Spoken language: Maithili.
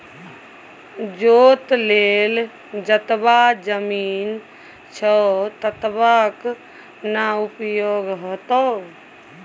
जोत लेल जतबा जमीन छौ ततबेक न उपयोग हेतौ